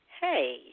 Hey